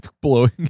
blowing